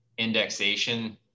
indexation